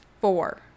four